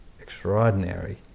extraordinary